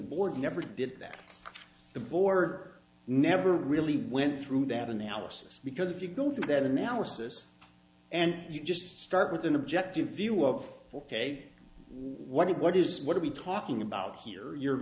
board never did that the bore never really went through that analysis because if you go through that analysis and you just start with an objective view of hey what did what is what are we talking about here you're